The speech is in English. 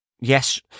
yes